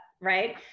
right